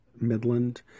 Midland